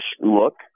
look